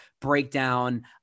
breakdown